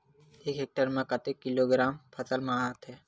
एक टेक्टर में कतेक किलोग्राम फसल आता है?